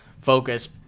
focus